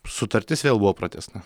sutartis vėl buvo pratęsta